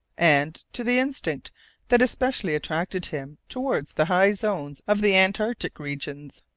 and to the instinct that especially attracted him towards the high zones of the antarctic region.